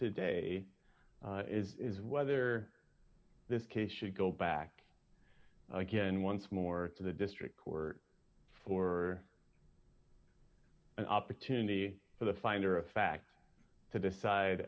today is whether this case should go back again once more to the district court for an opportunity for the finder of fact to decide